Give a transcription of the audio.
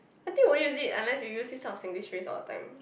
I think we won't use it unless you use this kind of Singlish phrase all the time